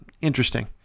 Interesting